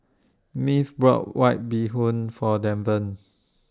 Maeve brought White Bee Hoon For Deven